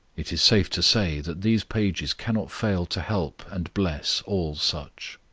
it is safe to say that these pages cannot fail to help and bless all such.